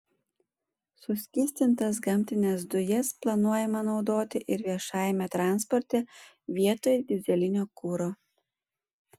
suskystintas gamtines dujas planuojama naudoti ir viešajame transporte vietoj dyzelinio kuro